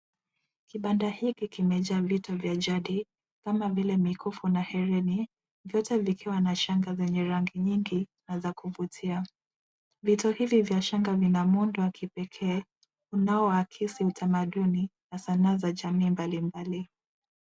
Kibanda hiki kimejaa vitu vya jadi kama vile mikufu na hereni vyote vikiwa na shanga zenye rangi nyingi za kuvutia. Vitu hivi vya shanga vina muundo wa kipekee, unao akisi utamaduni na sanaa za jamii mbalimbali.